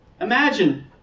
Imagine